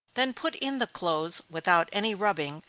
then put in the clothes without any rubbing,